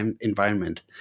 environment